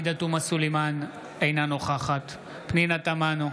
אינה נוכחת פנינה תמנו,